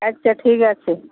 আচ্ছা ঠিক আছে